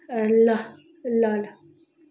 ल ल ल